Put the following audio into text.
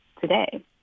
today